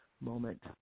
moment